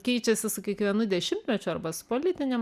keičiasi su kiekvienu dešimtmečiu arba su politinėm